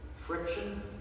friction